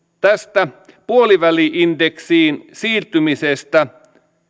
tästä puoliväli indeksiin siirtymisestä